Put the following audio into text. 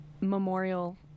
memorial